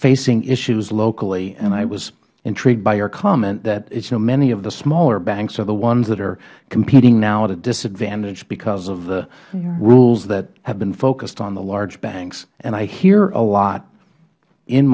facing issues locally i was intrigued by your comment that many of the smaller banks are the ones that are competing now at a disadvantage because of the rules that have been focused on the large banks i hear a lot in